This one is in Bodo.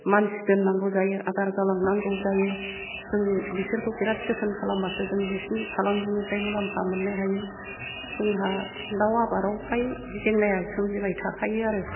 मानसि दोननांगौ जायो आदार गालांनांगौ जायो जों बिसोरखौ बिराथ जोथोन खालामबासो जों बिसिनि फालांनिफ्राय मुलाम्फा मोननो हायो जोंहा दाव आबादाव फ्राय जेंनाया सोमजिबाय थाखायो आरो